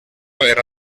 era